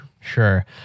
Sure